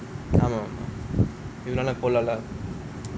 ஆமா அங்கெல்லாம் போலைல:aamaa angellaam polaila